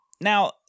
now